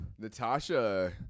Natasha